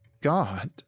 God